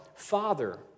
Father